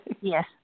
Yes